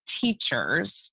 Teachers